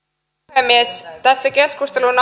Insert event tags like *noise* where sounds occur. puhemies tässä keskustelun *unintelligible*